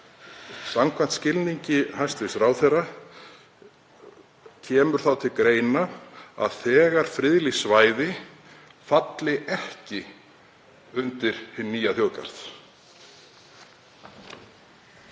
Samkvæmt skilningi hæstv. ráðherra kemur þá til greina að þegar friðlýst svæði falli ekki undir hinn nýja þjóðgarð?